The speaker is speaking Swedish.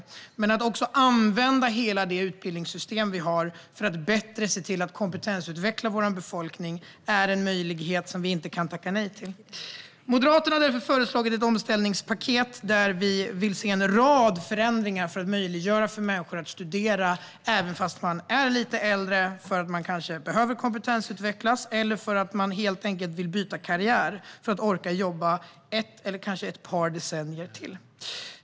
Men det handlar också om att använda hela det utbildningssystem vi har för att se till att kompetensutveckla vår befolkning bättre. Det är en möjlighet som vi inte kan tacka nej till. Moderaterna har därför föreslagit ett omställningspaket. Vi vill se en rad förändringar för att möjliggöra för människor att studera även när de är lite äldre. Man kanske behöver kompetensutvecklas, eller man vill helt enkelt byta karriär för att orka jobba i ett decennium till eller ett par decennier till.